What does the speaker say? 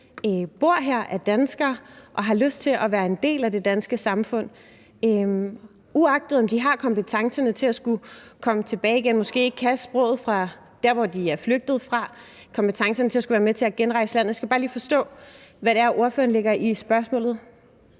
bor her, er danskere og har lyst til at være en del af det danske samfund – uagtet om de har kompetencerne til at skulle komme tilbage igen, måske ikke kan sproget fra der, hvor de er flygtet fra, eller kompetencerne til at skulle være med til at genrejse landet? Jeg skal bare lige forstå, hvad det er, ordføreren lægger i spørgsmålet.